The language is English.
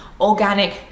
organic